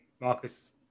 marcus